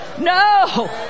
no